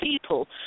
people